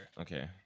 Okay